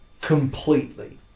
completely